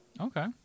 Okay